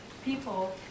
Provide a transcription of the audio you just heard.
people